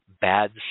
bad